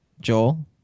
Joel